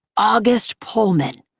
august pullman.